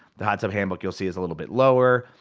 the hot tub handbook you'll see is a little bit lower.